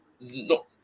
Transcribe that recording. no